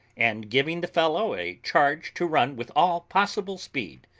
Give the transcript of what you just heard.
and giving the fellow a charge to run with all possible speed,